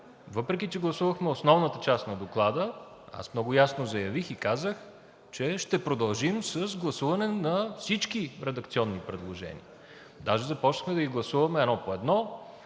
въпреки че гласувахме основната част на Доклада, аз много ясно заявих и казах, че ще продължим с гласуване на всички редакционни предложения. Даже започнахме да ги гласуваме едно по едно,